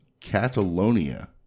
Catalonia